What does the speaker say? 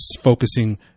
focusing